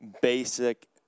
basic